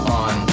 on